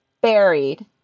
buried